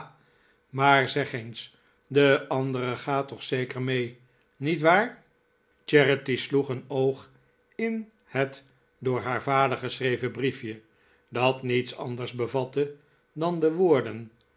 maar zeg eens de andere gaat toch zeker mee niet waar charity sloeg een oog in het door haar vader geschreven brief je dat niets anders bevatte dan de woorden